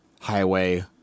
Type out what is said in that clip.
highway